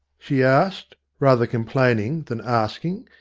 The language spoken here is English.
she asked, rather complaining than asking.